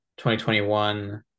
2021